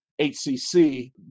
HCC